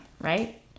right